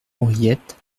henriette